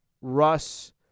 Russ –